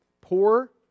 poor